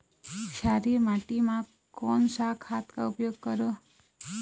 क्षारीय माटी मा कोन सा खाद का उपयोग करों?